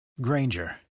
Granger